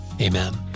amen